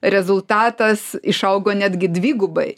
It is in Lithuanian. rezultatas išaugo netgi dvigubai